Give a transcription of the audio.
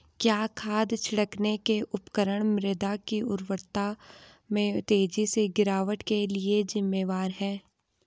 क्या खाद छिड़कने के उपकरण मृदा की उर्वरता में तेजी से गिरावट के लिए जिम्मेवार हैं?